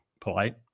polite